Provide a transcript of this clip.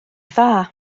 dda